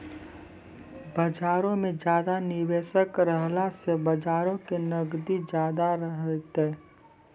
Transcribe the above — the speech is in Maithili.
बजार मे ज्यादा निबेशक रहला से बजारो के नगदी ज्यादा रहतै